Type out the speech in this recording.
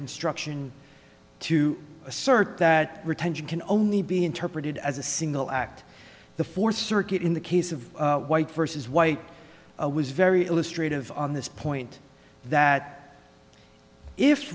construction to assert that retention can only be interpreted as a single act the fourth circuit in the case of white versus white was very illustrated of on this point that if